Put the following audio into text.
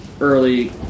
early